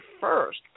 first